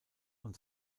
und